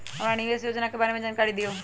हमरा निवेस योजना के बारे में जानकारी दीउ?